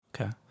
okay